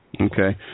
okay